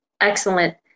Excellent